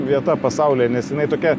vieta pasaulyje nes jinai tokia